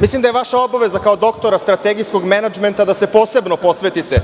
Mislim da je vaša obaveza kao doktora strategijskog menadžmenta da se posebno posvetite